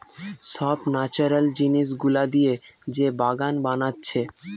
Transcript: সব ন্যাচারাল জিনিস গুলা দিয়ে যে বাগান বানাচ্ছে